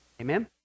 Amen